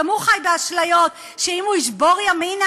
גם הוא חי באשליות שאם הוא ישבור ימינה